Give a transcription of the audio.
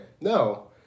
no